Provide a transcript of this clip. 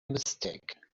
mistake